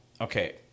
Okay